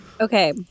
Okay